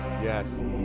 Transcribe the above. yes